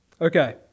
Okay